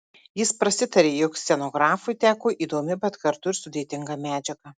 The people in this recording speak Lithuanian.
jis prasitarė jog scenografui teko įdomi bet kartu ir sudėtinga medžiaga